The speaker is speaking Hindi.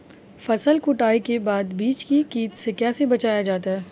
फसल कटाई के बाद बीज को कीट से कैसे बचाया जाता है?